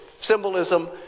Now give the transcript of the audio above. symbolism